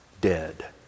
dead